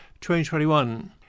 2021